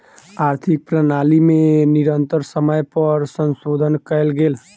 आर्थिक प्रणाली में निरंतर समय पर संशोधन कयल गेल